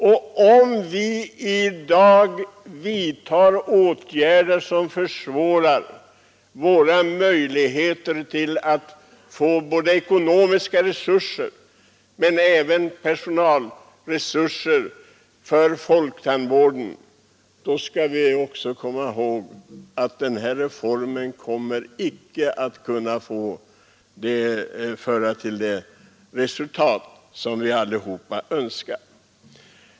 Om vi i dag vidtar åtgärder som minskar landstingens möjligheter att få ekonomiska resurser och även personalresurser, kommer den här reformen icke att få det resultat vi alla önskar.